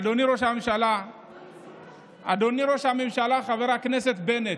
אדוני ראש הממשלה חבר הכנסת בנט,